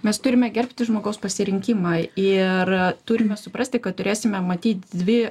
mes turime gerbti žmogaus pasirinkimą ir turime suprasti kad turėsime matyt dvi